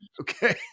Okay